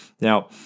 Now